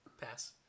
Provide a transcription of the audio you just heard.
Pass